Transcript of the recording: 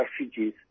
refugees